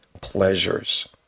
pleasures